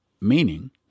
meaning